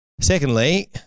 Secondly